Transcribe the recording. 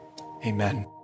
Amen